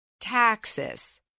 taxes